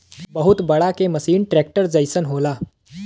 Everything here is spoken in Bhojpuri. बहुत बड़ा के मसीन ट्रेक्टर जइसन होला